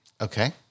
okay